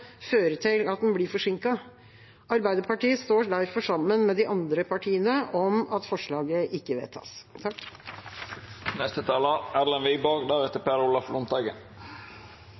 til at den blir forsinket. Arbeiderpartiet står derfor sammen med de andre partiene om at forslaget ikke vedtas.